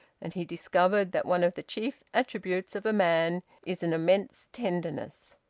and he discovered that one of the chief attributes of a man is an immense tenderness.